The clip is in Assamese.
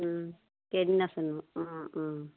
কেইদিন আছে নো অঁ অঁ